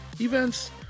events